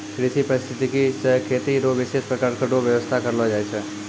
कृषि परिस्थितिकी से खेती रो विशेष प्रकार रो व्यबस्था करलो जाय छै